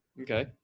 Okay